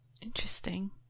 Interesting